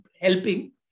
helping